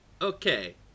Okay